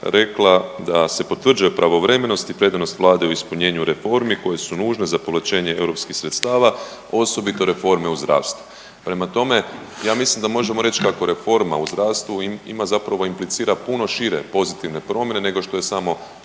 rekla da se potvrđuje pravovremenost i predanost Vlade u ispunjenju reformi koje su nužne za povlačenje europskih sredstva osobito reforme u zdravstvu. Prema tome ja mislim da možemo reći kako reforma u zdravstvu, ima zapravo implicira puno šire pozitivne promjene nego što je samo